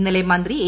ഇന്നലെ മന്ത്രി എ